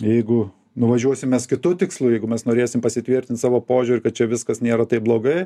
jeigu nuvažiuosim mes kitu tikslu jeigu mes norėsim pasitvirtint savo požiūrį kad čia viskas nėra taip blogai